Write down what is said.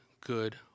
good